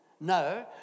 No